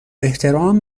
احترام